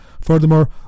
Furthermore